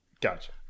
gotcha